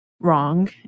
wrong